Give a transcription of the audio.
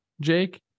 Jake